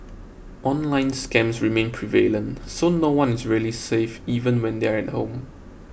online scams remain prevalent so no one is really safe even when they're at home